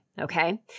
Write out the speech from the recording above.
okay